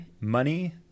Money